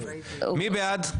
מי בעד?